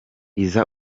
iza